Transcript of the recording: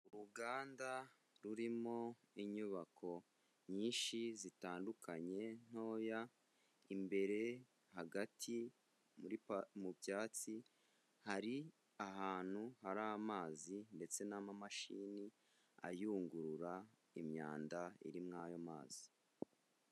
Uruganda rurimo inyubako nyinshi zitandukanye ntoya imbere hagati mu byatsi hari ahantu hari amazi ndetse n'amamashini ayungurura imyanda irimo ayo mazi.